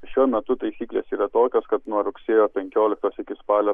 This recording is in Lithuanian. šiuo metu taisyklės yra tokios kad nuo rugsėjo penkioliktos iki spalio